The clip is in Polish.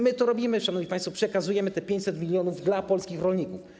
My to robimy, szanowni państwo, przekazujemy te 500 mln zł dla polskich rolników.